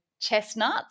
chestnuts